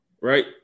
right